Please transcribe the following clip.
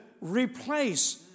replace